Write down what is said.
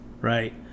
right